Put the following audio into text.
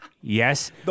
yes